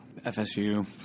FSU